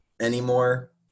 anymore